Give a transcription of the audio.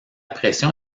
pression